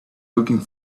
looking